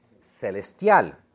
celestial